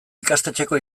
ikastetxeko